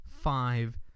five